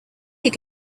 your